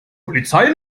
polizei